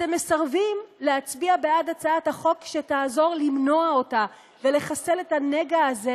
אתם מסרבים להצביע בעד הצעת החוק שתעזור למנוע אותה ולחסל את הנגע הזה,